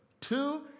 two